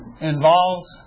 involves